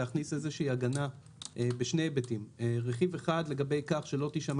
להכניס הגנה בשני היבטים: רכיב אחד לגבי כך שלא תישמע